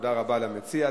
תודה רבה למציע,